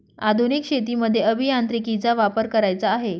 आधुनिक शेतीमध्ये अभियांत्रिकीचा वापर करायचा आहे